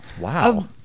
wow